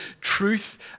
truth